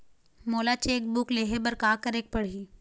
मोला cheque book लेहे बर का केरेक पढ़ही?